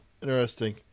Interesting